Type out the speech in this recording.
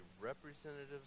representatives